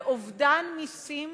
באובדן מסים